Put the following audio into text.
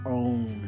own